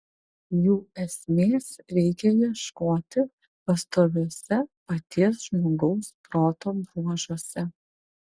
jų esmės reikia ieškoti pastoviuose paties žmogaus proto bruožuose